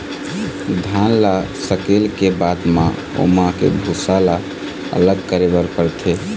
धान ल सकेले के बाद म ओमा के भूसा ल अलग करे बर परथे